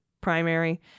primary